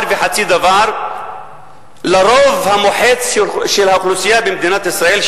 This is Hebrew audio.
וחצי דבר לרוב המוחץ של האוכלוסייה בישראל,